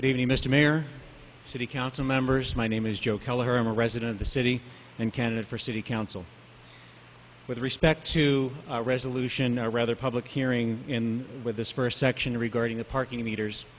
good evening mr mayor city council members my name is joe keller i'm a resident of the city and candidate for city council with respect to a resolution or rather public hearing in with this first section regarding a parking meters